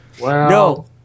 No